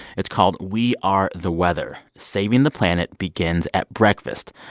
it's called we are the weather saving the planet begins at breakfast.